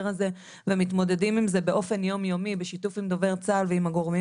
הזה ומתמודדים עם זה באופן יום יומי בשיתוף עם דובר צה"ל ועם הגורמים